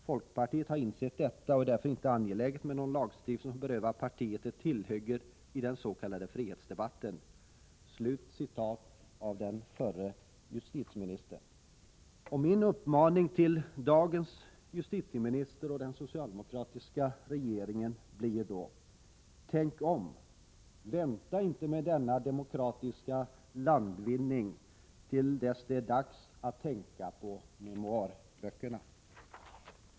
Folkpartiet har insett detta och är därför inte angeläget om någon lagstiftning som berövar partiet ett tillhygge i den s.k. frihetsdebatten.” Min uppmaning till dagens justitieminister och till den socialdemokratiska regeringen blir då: Tänk om! Vänta inte med denna demokratiska landvinning till dess att det är dags att börja planera memoarböckerna!